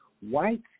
White